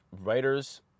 writers